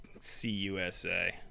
CUSA